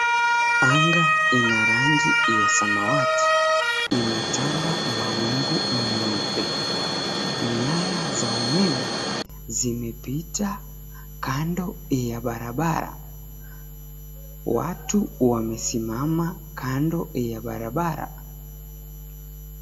Anga ina rangi ya samawati imetanda mawingu meupe. Nyaya za umeme zimepita kando ya barabara. Watu wamesimama kando ya barabara.